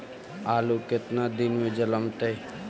आलू केतना दिन में जलमतइ?